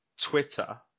Twitter